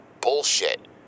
bullshit